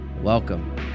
Welcome